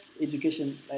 education